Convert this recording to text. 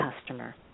customer